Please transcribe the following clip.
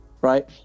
right